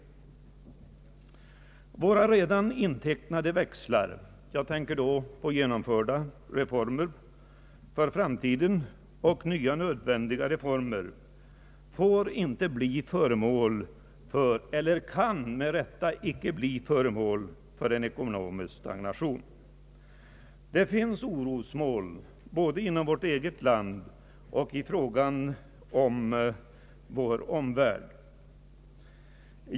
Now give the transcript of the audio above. Våra redan intecknade växlar i fråga om olika reformer — jag tänker då på redan genomförda och nya nödvändiga sådana — får med rätta inte drabbas av en ekonomisk stagnation. Det finns orosmoln både inom vårt eget land och i omvärlden.